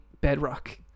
bedrock